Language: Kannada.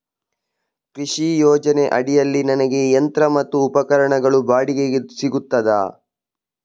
ಕೃಷಿ ಯೋಜನೆ ಅಡಿಯಲ್ಲಿ ನನಗೆ ಯಂತ್ರ ಮತ್ತು ಉಪಕರಣಗಳು ಬಾಡಿಗೆಗೆ ಸಿಗುತ್ತದಾ?